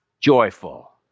joyful